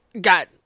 got